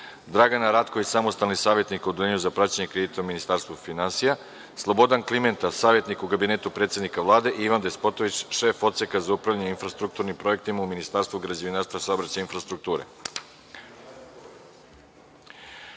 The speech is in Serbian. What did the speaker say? Dragana Ratković, samostalni savetnik u Odeljenju za praćenje kredita u Ministarstvu finansija, Slobodan Klimenta, savetnik u kabinetu potpredsednika Vlade i Ivan Despotović, šef Odseka za upravljanje infrastrukturnim projektima u Ministarstvu građevinarstva, saobraćaja infrastrukture. Pre